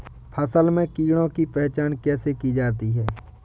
फसल में कीड़ों की पहचान कैसे की जाती है?